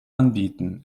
anbieten